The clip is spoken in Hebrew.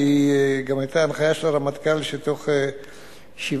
כי גם היתה הנחיה של הרמטכ"ל שתוך שבעה